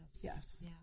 Yes